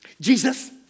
Jesus